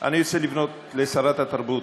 אני רוצה לפנות לשרת התרבות,